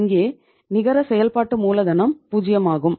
இங்கே நிகர செயல்பாட்டு மூலதனம் பூஜ்ஜியமாகும்